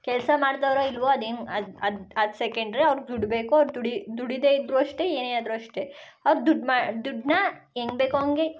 ಕೆಲಸ ಮಾಡ್ತಾರೋ ಇಲ್ಲವೋ ಅದು ಏನು ಅದು ಅದು ಅದು ಸೆಕೆಂಡ್ರಿ ಅವ್ರ್ಗೆ ದುಡ್ಡು ಬೇಕು ಅವ್ರು ದುಡಿ ದುಡಿಯದೇ ಇದ್ದರೂ ಅಷ್ಟೇ ಏನೇ ಆದರೂ ಅಷ್ಟೇ ಅವ್ರು ದುಡ್ಡು ಮಾ ದುಡ್ಡನ್ನಾ ಹೆಂಗ್ ಬೇಕೋ ಹಂಗೆ